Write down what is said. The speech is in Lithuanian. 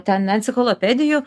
ten enciklopedijų